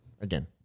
Again